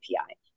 api